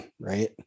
right